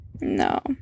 No